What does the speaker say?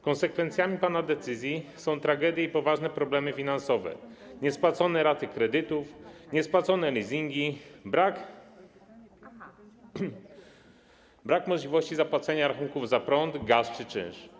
Konsekwencjami pana decyzji są tragedie i poważne problemy finansowe, niespłacone raty kredytów, niespłacone leasingi, brak możliwości zapłacenia rachunków za prąd, gaz czy czynsz.